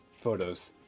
photos